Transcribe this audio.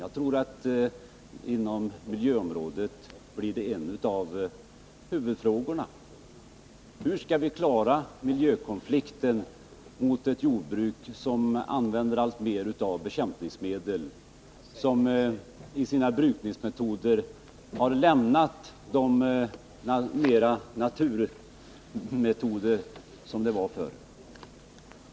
Jag tror att en av huvudfrågorna inom miljöområdet blir: Hur skall vi klara miljökonflikten när det gäller ett jordbruk som bl.a. använder alltmer av bekämpningsmedel och som i sitt brukningssätt har lämnat de ”naturmetoder” som användes förr?